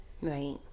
right